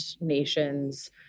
nations